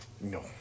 No